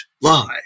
lie